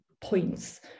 points